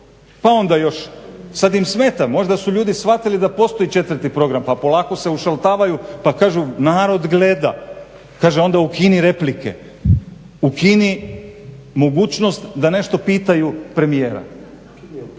pa onda još sada im smeta, možda su ljudi shvatili da postoji 4.program pa polako se ušaltavaju pa kažu narod gleda, kaže onda ukini replike, ukini mogućnost da nešto pitaju premijera.